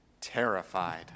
terrified